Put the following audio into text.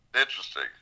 Interesting